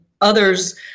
others